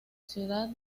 ciudad